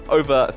over